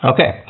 Okay